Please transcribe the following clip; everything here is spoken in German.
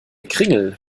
kringel